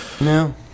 No